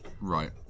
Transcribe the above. Right